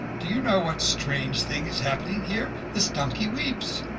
do you know what strange thing is happening here! this donkey weeps.